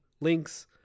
links